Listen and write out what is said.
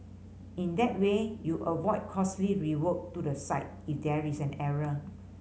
in that way you avoid costly rework to the site if there is an error